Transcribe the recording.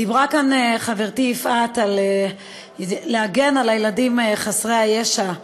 דיברה כאן חברתי יפעת על להגן על הילדים חסרי הישע,